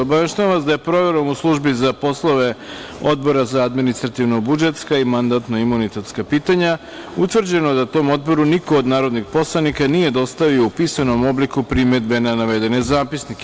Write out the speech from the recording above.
Obaveštavam vas da je proverom u službi za poslove Odbora za administrativno-budžetska i mandatno-imunitetska pitanja utvrđeno da tom Odboru niko od narodnih poslanika nije dostavio u pisanom obliku primedbe na navedene zapisnike.